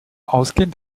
ausgehen